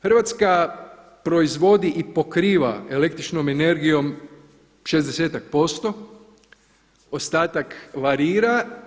Hrvatska proizvodi i pokriva električnom energijom šezdesetak posto, ostatak varira.